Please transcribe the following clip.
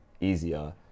easier